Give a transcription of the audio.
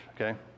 okay